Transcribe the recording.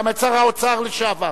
גם את שר האוצר לשעבר,